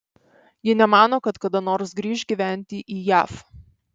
ji nemano kad kada nors grįš gyventi į jav